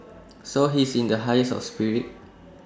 so he's in the highest of spirits